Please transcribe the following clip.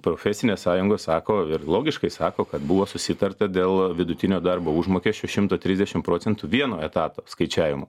profesinės sąjungos sako ir logiškai sako kad buvo susitarta dėl vidutinio darbo užmokesčio šimto trisdešim procentų vieno etato skaičiavimo